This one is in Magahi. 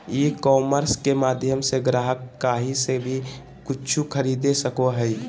ई कॉमर्स के माध्यम से ग्राहक काही से वी कूचु खरीदे सको हइ